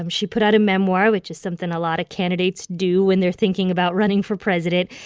um she put out a memoir, which is something a lot of candidates do when they're thinking about running for president.